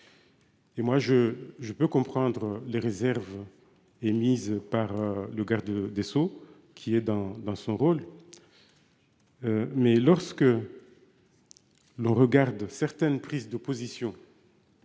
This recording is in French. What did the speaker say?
Et moi je, je peux comprendre les réserves. Émises par le garde des sceaux qui est dans dans son rôle. Mais lorsque. L'on regarde certaines prises d'opposition.